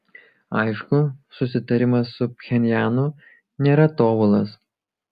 aišku susitarimas su pchenjanu nėra tobulas